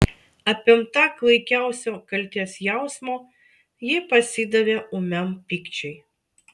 apimta klaikiausio kaltės jausmo ji pasidavė ūmiam pykčiui